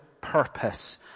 purpose